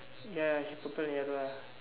ya she purple and yellow ah